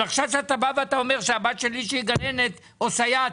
אבל עכשיו שאתה בא ואתה אומר שהבת שלי שהיא גננת או סייעת,